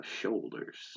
shoulders